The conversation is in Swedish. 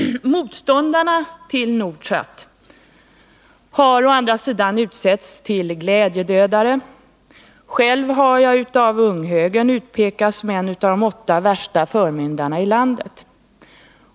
Motståndarna till Nordsat har å andra sidan utsetts till glädjedödare. Själv har jag av unghögern utpekats som en av de åtta värsta förmyndarna i landet.